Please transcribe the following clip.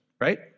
right